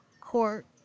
court